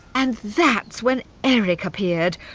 and that's when eric appeared,